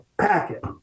packet